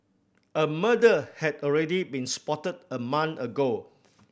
a murder had already been spotted a month ago